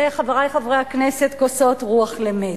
זה, חברי חברי הכנסת, כוסות רוח למת.